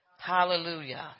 hallelujah